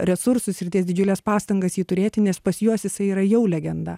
resursus ir dės didžiules pastangas jį turėti nes pas juos jisai yra jau legenda